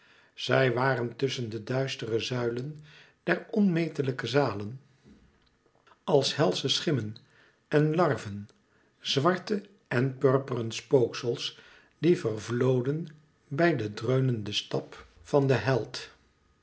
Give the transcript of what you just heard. zij waren tusschen de duistere zuilen der onmeetlijke zalen als helsche schimmen en larven zwarte en purperen spooksels die vervloden bij den dreunenden stap van den held